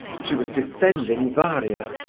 she was defending varia.